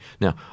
Now